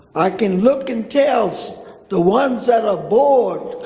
i can look and tell so the ones that are bored.